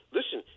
Listen